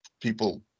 people